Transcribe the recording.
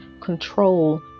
control